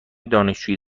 دانشجویی